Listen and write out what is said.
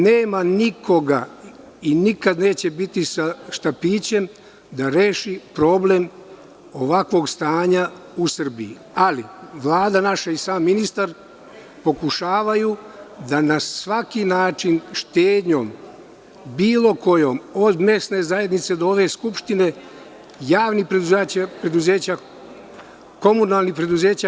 Nema nikoga i nikada neće biti sa štapićem da reši problem ovakvog stanja u Srbiji, ali Vlada naša i sam ministar pokušavaju da na svaki način štednjom, bilo kojom, od mesne zajednice do ove Skupštine, javnih preduzeća, komunalnih preduzeća.